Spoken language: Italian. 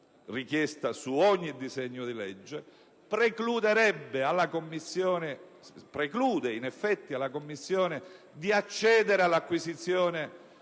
richiesta su ogni disegno di legge. Si preclude, in effetti, alla Commissione di accedere all'acquisizione